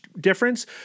difference